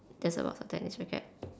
that's a lot of tennis racket